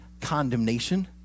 condemnation